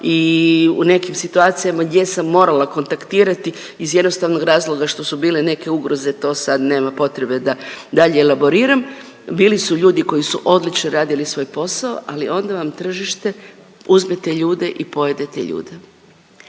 i u nekim situacijama gdje sam morala kontaktirati iz jednostavnog razloga što su bile neke ugroze, to sam nema potrebe da dalje elaboriram, bili su ljudi koji su odlično radili svoj posao ali onda vam tržište uzme te ljude i pojede te ljude.